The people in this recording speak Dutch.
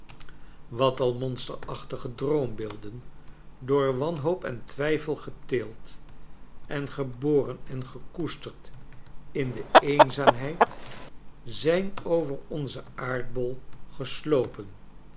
wat al monsterachtige droombeelden door wanhoop en twijfel geteeld en geboren en gekoesterd in de eenzaamheid zijn over onzen aardbol geslopen